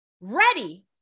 ready